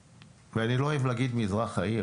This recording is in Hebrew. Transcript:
ואני לא אוהב להגיד מזרח העיר,